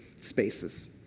spaces